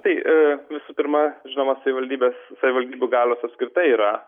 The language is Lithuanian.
tai visų pirma žala savivaldybės savivaldybių galios apskritai yra